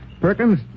Perkins